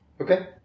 Okay